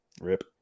Rip